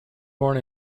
born